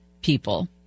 people